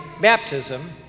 baptism